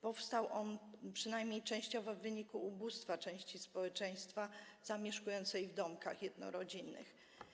Powstał on, przynajmniej częściowo, w wyniku ubóstwa części społeczeństwa zamieszkującej w domkach jednorodzinnych.